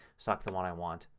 select the one i want,